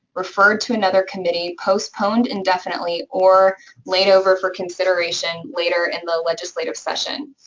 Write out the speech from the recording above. referred to another committee, postponed indefinitely or laid over for consideration later in the legislative session.